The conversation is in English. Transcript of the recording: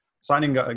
signing